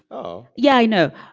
oh, yeah. no,